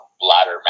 bladder